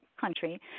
country